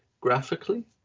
graphically